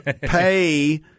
pay